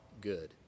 good